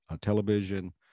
television